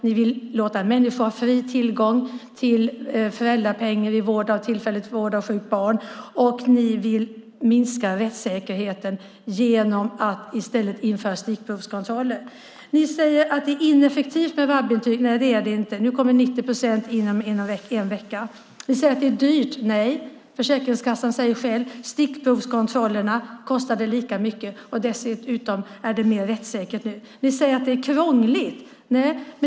Ni vill låta människor ha fri tillgång till föräldrapenning vid vård av sjukt barn, och ni vill minska rättssäkerheten genom att i stället införa stickprovskontroller. Ni säger att det är ineffektivt med VAB-intyg. Nej, det är det inte. Nu kommer 90 procent in inom en vecka. Ni säger att det är dyrt. Nej. Försäkringskassan säger själv att stickprovskontrollerna kostade lika mycket. Dessutom är det mer rättssäkert nu. Ni säger att det är krångligt.